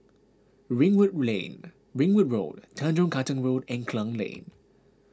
Ringwood Lane Ringwood Road Tanjong Katong Road and Klang Lane